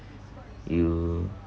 you